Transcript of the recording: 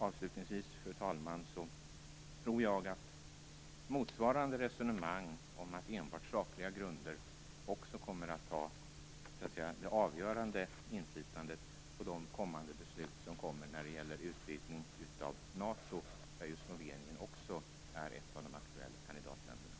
Avslutningsvis, fru talman, tror jag att motsvarande resonemang om enbart sakliga grunder också kommer att ha det avgörande inflytandet i fråga om de kommande besluten när det gäller utvidgning av NATO. Där är ju Slovenien också ett av de aktuella kandidatländerna.